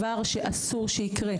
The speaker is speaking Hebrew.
שאסור שיקרה.